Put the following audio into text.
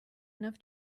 enough